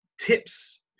tips